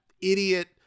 idiot